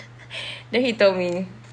then he told me